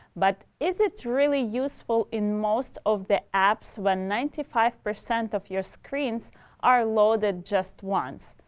but is it really useful in most of the apps when ninety five percent of your screens are loaded just once,